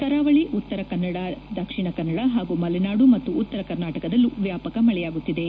ಕರಾವಳಿ ಉತ್ತರ ಕನ್ನಡ ದಕ್ಷಿಣ ಕನ್ನಡ ಹಾಗೂ ಮಲೆನಾಡು ಮತ್ತು ಉತ್ತರ ಕರ್ನಾಟಕದಲ್ಲೂ ವ್ಯಾಪಕ ಮಳೆಯಾಗುತ್ತಿದೆ